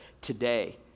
today